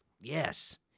yes